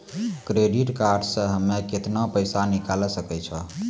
Credit card से हम्मे केतना पैसा निकाले सकै छौ?